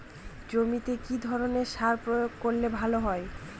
জমিতে কি ধরনের সার প্রয়োগ করলে ভালো হয়?